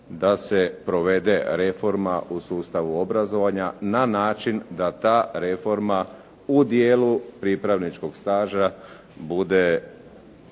da se provede reforma u sustavu obrazovanja na način da ta reforma u dijelu pripravničkog staža bude